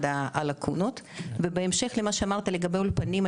הלקוניות ובהמשך למה שאמרת לגבי אולפנים,